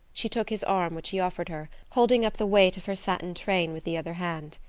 she took his arm, which he offered her, holding up the weight of her satin train with the other hand.